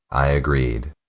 i agreed.